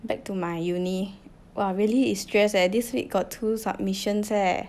back to my uni !wah! really is stress eh this week got two submissions eh